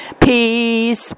peace